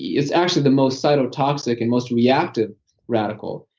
it's actually the most cytotoxic and most reactive radical,